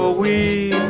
we